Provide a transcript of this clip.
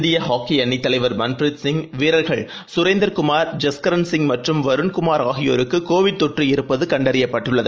இந்திய ஹாக்கி அணித்தலைவர் மன்ப்ரீத் சிங் வீரர்கள் கரேந்தர் குமார் ஜஸ்கரன் சிங் மற்றும் வருண் குமார் ஆகியோருக்கு கோவிட் தொற்று இருப்பது கண்டறியப்பட்டுள்ளது